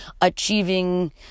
achieving